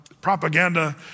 propaganda